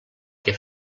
què